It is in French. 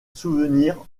souvenirs